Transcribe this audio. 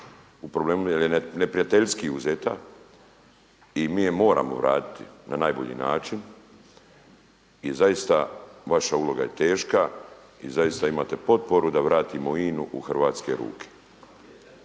u problemu jer je neprijateljski uzeta i mi je moramo vratiti na najbolji način i zaista vaše uloga je teška i zaista imate potporu da vratimo INA-u u hrvatske ruke.